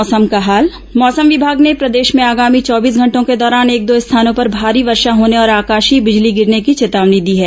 मौसम मौसम विमाग ने प्रदेश में आगामी चौबीस घंटों के दौरान एक दो स्थानों पर भारी वर्षा होने और आकाशीय बिजली गिरने की चेतावनी दी है